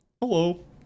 Hello